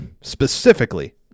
specifically